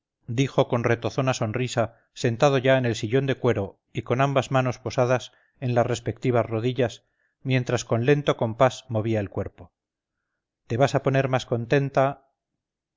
dijo con retozona sonrisa sentado ya en el sillón de cuero y conambas manos posadas en las respectivas rodillas mientras con lento compás movía el cuerpo te vas a poner más contenta